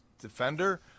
defender